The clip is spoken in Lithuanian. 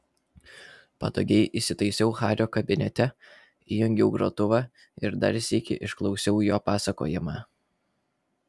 patogiai įsitaisiau hario kabinete įjungiau grotuvą ir dar sykį išklausiau jo pasakojimą